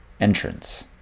entrance